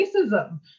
Racism